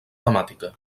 temàtica